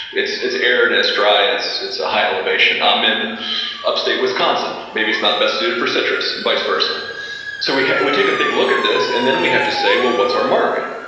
it's it's aired, it's dry and it's it's a high elevation. i'm in upstate wisconsin, maybe it's not best suited for citrus and vice versa so we we take a big look at this and then we have to say, well, what's our market?